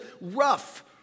rough